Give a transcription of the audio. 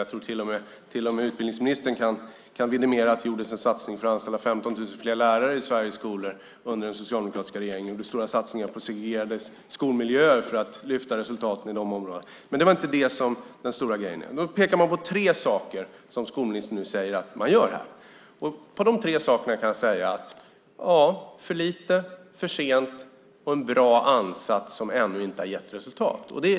Jag tror att till och med utbildningsministern kan vidimera att det gjordes en satsning för att anställa 15 000 fler lärare i Sveriges skolor under den socialdemokratiska regeringen. Det gjordes också satsningar på segregerade skolmiljöer för att lyfta resultaten i de områdena. Men det är inte det som är den stora grejen. Skolministern pekar nu på tre saker som han säger att man gör. Som en kommentar till de tre sakerna kan jag säga: För lite, för sent och en bra ansats som ännu inte har gett resultat.